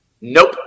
Nope